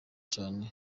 cane